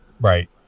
Right